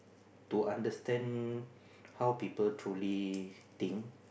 to understand how people truly think